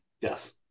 Yes